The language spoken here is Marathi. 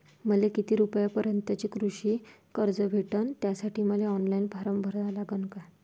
मले किती रूपयापर्यंतचं कृषी कर्ज भेटन, त्यासाठी मले ऑनलाईन फारम भरा लागन का?